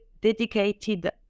dedicated